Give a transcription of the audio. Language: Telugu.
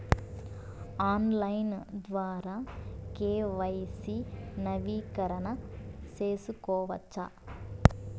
ఆన్లైన్ ద్వారా కె.వై.సి నవీకరణ సేసుకోవచ్చా?